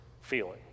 feeling